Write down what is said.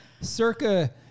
Circa